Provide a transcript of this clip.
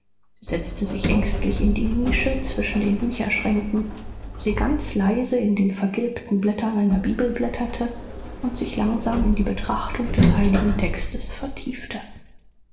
setzte sich ängstlich in die nische zwischen den bücherschränken wo sie ganz leise in den vergilbten blättern einer bibel blätterte und sich langsam in die betrachtung des heiligen textes vertiefte